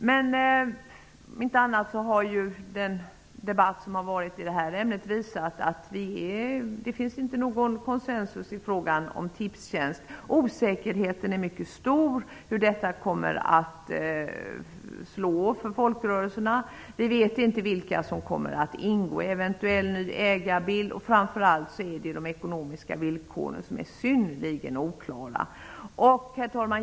Om inte annat har den debatt som har förekommit i ämnet visat att det inte finns någon konsensus i frågan om Tipstjänst. Osäkerheten om hur detta kommer att slå för folkrörelserna är mycket stor. Vi vet inte vilka som kommer att ingå i en eventuell ny ägarbild, och framför allt är de ekonomiska villkoren synnerligen oklara. Herr talman!